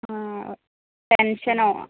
ആ ടെൻഷനോ